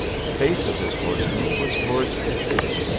the face of this horseman was towards the city,